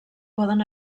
poden